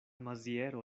maziero